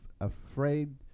afraid